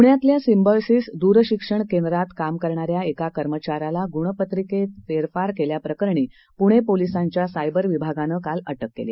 पुण्यातल्या सिंबॉयसीस द्रशिक्षण केंद्रात काम करणाऱ्या एका कर्मचाऱ्याला गुणपत्रिकेत फेरफार केल्याप्रकरणी पुणे पोलीसांच्या सायबर विभागानं काल अटक केली